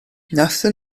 wnaethon